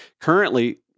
Currently